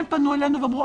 הם פנו אלינו ואמרו,